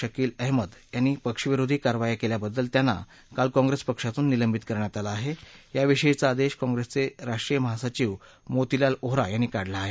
शकील अहमद यांनी पक्षविरोधी कारवाया केल्याबद्दल त्यांना काल काँग्रेस पक्षातून निलंबित करण्यात आलं याविषयीचा आदेश काँग्रेसचे राष्ट्रीय महासचिव मोतीलाल व्होरा यांनी काढला आहे